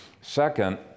Second